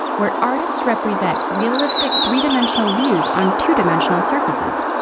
where artists represent realistic three-dimensional views on two-dimensional surfaces.